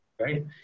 right